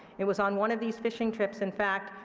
it was on one of these fishing trips, in fact,